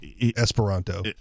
Esperanto